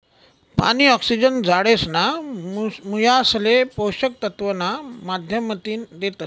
पानी, ऑक्सिजन झाडेसना मुयासले पोषक तत्व ना माध्यमतीन देतस